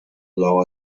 allow